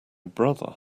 brother